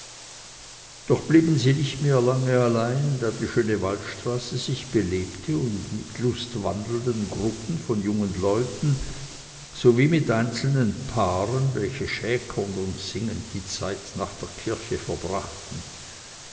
doch blieben sie nicht lange mehr allein da die schöne waldstraße sich belebte mit lustwandelnden gruppen von jungen leuten sowie mit einzelnen paaren welche schäkernd und singend die zeit nach der kirche verbrachten